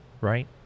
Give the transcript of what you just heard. right